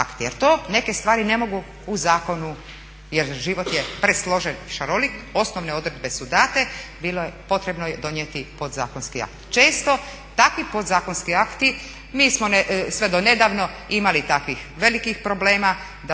Jer to neke stvari ne mogu u zakonu, jer život je presložen i šarolik, osnovne odredbe su date, bilo je potrebno donijeti podzakonski akt. Često takvi podzakonski akti mi smo sve do nedavno imali takvih velikih problema